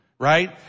Right